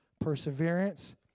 Perseverance